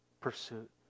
pursuit